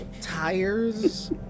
tires